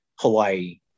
Hawaii